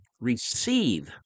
receive